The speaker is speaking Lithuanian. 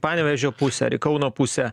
panevėžio pusę ar į kauno pusę